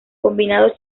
combinado